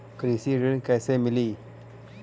कृषि ऋण कैसे मिली?